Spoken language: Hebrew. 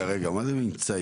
רגע רגע, אם צעיר.